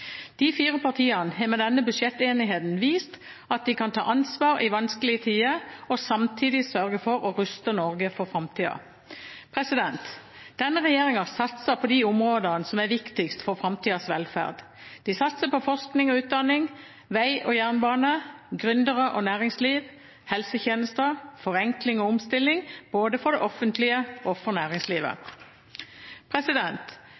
De fire partiene har med denne budsjettenigheten vist at de kan ta ansvar i vanskelige tider og samtidig sørge for å ruste Norge for framtida. Denne regjeringen satser på de områdene som er viktigst for framtidas velferd. Den satser på forskning og utdanning, vei og jernbane, gründere og næringsliv, helsetjenester samt forenkling og omstilling, både for det offentlige og for